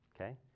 okay